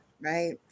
right